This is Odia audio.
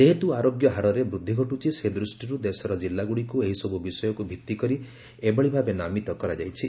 ଯେହେତୁ ଆରୋଗ୍ୟ ହାରରେ ବୃଦ୍ଧି ଘଟୁଛି ସେ ଦୃଷ୍ଟିରୁ ଦେଶର ଜିଲ୍ଲାଗୁଡ଼ିକୁ ଏହିସବୁ ବିଷୟକୁ ଭିତ୍ତି କରି ଏଭଳି ଭାବେ ନାମିତ କରାଯାଇଛି